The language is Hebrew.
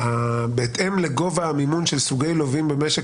בהתאם לגובה המימון של סוגי לווים במשק